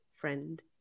friend